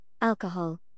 alcohol